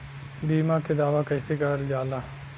बीमा के दावा कैसे करल जाला?